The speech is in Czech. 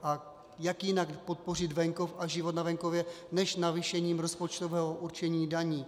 A jak jinak podpořit venkov a život na venkově než navýšením rozpočtového určení daní?